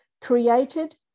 created